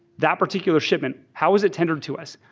that particular shipment, how was it tendered to us?